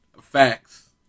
Facts